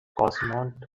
cosmonaut